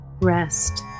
rest